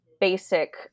basic